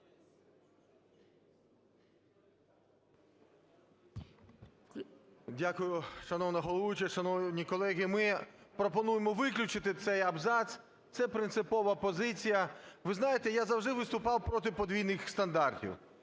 Дякую. Шановна головуюча! Шановні колеги! Ми пропонуємо виключити цей абзац, це принципова позиція. Ви знаєте, я завжди виступав проти подвійних стандартів.